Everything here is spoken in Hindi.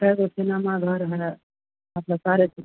कै ठो सिनेमा घर है मतलब सारे चीज